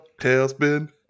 tailspin